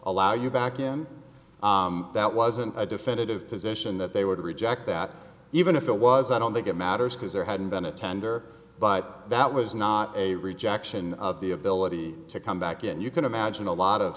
allow you back in that wasn't a definitive position that they would reject that even if it was i don't think it matters because there hadn't been a tender but that was not a rejection of the ability to come back and you can imagine a lot of